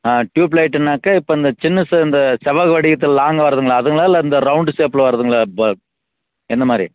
ஆ tube லைட்டுனாக்கால் இப்போ இந்த சின்ன இந்த செவ்வக வடிவத்தில் லாங்காக வருதுங்களே அதுங்களா இல்லை இந்த ரௌண்டு ஷேப்பில் வருதுங்களே அ ப என்ன மாதிரி